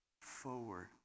forward